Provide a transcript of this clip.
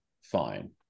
fine